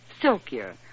silkier